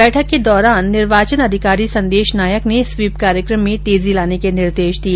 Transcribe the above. बैठक के दौरान निर्वाचन अधिकारी संदेश नायक ने स्वीप कार्यक्रम में तेजी लाने के निर्देश दिए